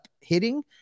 hitting